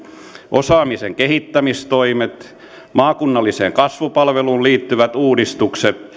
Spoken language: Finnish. osaamisen kehittämistoimet maakunnalliseen kasvupalveluun liittyvät uudistukset